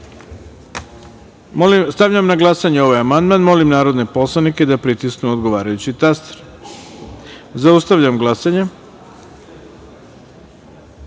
na glasanje ovaj amandman. Molim narodne poslanike da pritisnu odgovarajući taster. Zaustavljam glasanje: